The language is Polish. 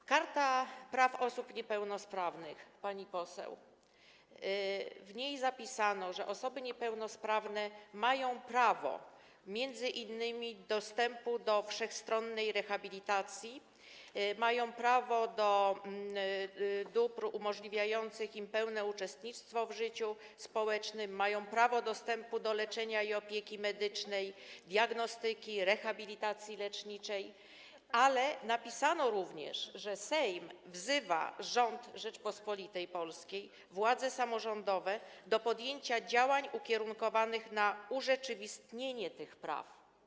W Karcie Praw Osób Niepełnosprawnych, pani poseł, zapisano, że osoby niepełnosprawne mają prawo m.in. do dostępu do wszechstronnej rehabilitacji, mają prawo do dostępu do dóbr umożliwiających im pełne uczestnictwo w życiu społecznym, mają prawo do dostępu do leczenia i opieki medycznej, diagnostyki, rehabilitacji leczniczej, ale napisano również, że Sejm wzywa rząd Rzeczypospolitej Polskiej i władze samorządowe do podjęcia działań ukierunkowanych na urzeczywistnienie tych praw.